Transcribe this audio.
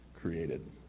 created